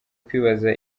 kwibaza